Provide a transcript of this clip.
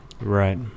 Right